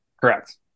Correct